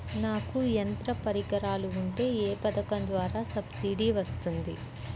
నాకు యంత్ర పరికరాలు ఉంటే ఏ పథకం ద్వారా సబ్సిడీ వస్తుంది?